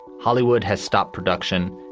hollywood has stopped production.